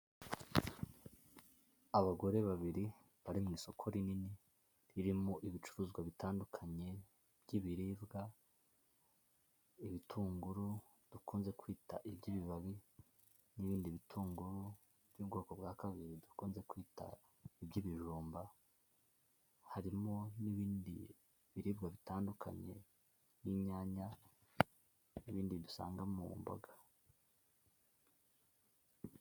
Abagore babiri bari mu isoko rinini ririmo ibicuruzwa bitandukanye by'ibiribwa, ibitunguru dukunze kwita iby'ibibabi, n'ibindi bitungo by'ubwoko bwa kabiri dukunze kwita iby'ibijumba, harimo n'ibindi biribwa bitandukanye n'inyanya n'ibindi dusanga mu mboga.